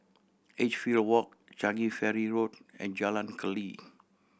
Edgefield Walk Changi Ferry Road and Jalan Keli